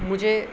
مجھے